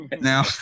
Now